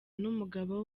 n’umugabo